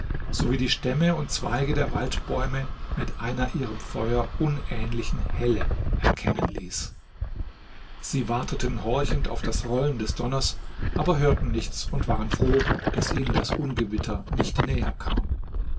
sowie die stämme und zweige der waldbäume mit einer ihrem feuer unähnlichen helle erkennen ließ sie warteten horchend auf das rollen des donners aber hörten nichts und waren froh daß ihnen das ungewitter nicht näher kam